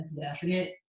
definite